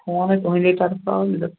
phone ہے تُہٕنٛدے طرفہٕ آو